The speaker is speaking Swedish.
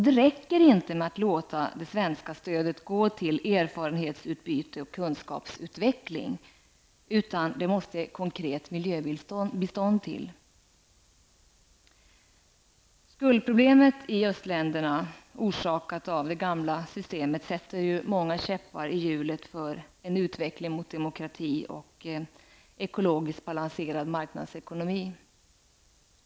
Det räcker inte med att låta det svenska stödet gå till erfarenhetsutbyte och kunskapsutveckling, utan det måste till konkret miljöbistånd. Östländernas skuldproblem, orsakat av de gamla systemet, sätter många käppar i hjulet för en utveckling mot demokrati och ekologiskt balanserad marknadsekonomi.